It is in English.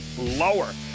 lower